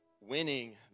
winning